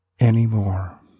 anymore